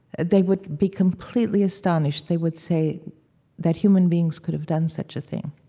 they would be completely astonished. they would say that human beings could've done such a thing.